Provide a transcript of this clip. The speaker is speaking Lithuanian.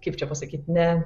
kaip čia pasakyt ne